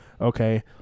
Okay